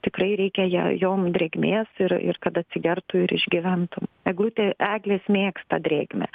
tikrai reikia jai jom drėgmės ir ir kad atsigertų ir išgyventų eglutė eglės mėgsta drėgmę